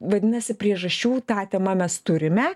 vadinasi priežasčių ta tema mes turime